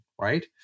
right